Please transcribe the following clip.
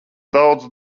daudz